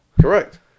Correct